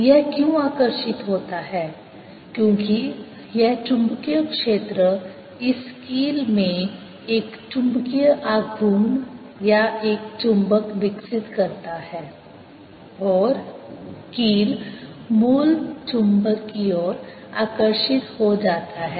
यह क्यों आकर्षित होता है क्योंकि यह चुंबकीय क्षेत्र इस कील में एक चुंबकीय आघूर्ण या एक चुंबक विकसित करता है और कील मूल चुंबक की ओर आकर्षित हो जाता है